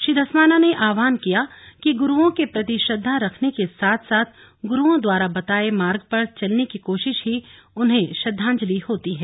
श्री धस्माना ने आह्वाहन किया कि गुरुओं के प्रति श्रद्धा रखने के साथ साथ गुरुओं द्वारा बताए मार्ग पर चलने की कोशिश ही उन्हें श्रद्वाजंलि होती है